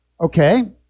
Okay